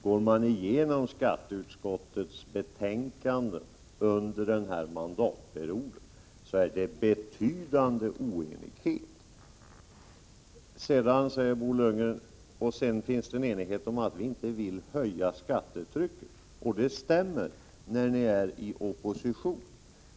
Går man igenom skatteutskottets betänkanden under denna mandatperiod finner man betydande oenighet. Bo Lundgren säger att det finns enighet om att inte vilja höja skattetrycket. Det stämmer — när ni är i opposition.